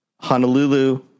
Honolulu